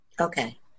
Okay